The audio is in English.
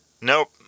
Nope